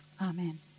Amen